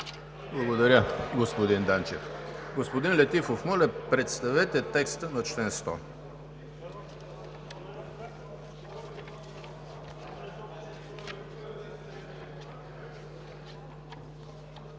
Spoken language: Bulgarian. Благодаря, господин Данчев. Господин Летифов, моля, представете текста на чл. 100.